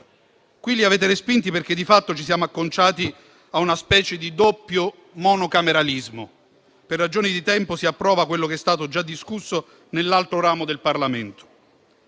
li avete respinti, perché di fatto ci siamo acconciati a una specie di "doppio monocameralismo". Per ragioni di tempo, si approva quello che è stato già discusso nell'altro ramo del Parlamento.